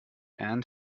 and